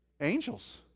Angels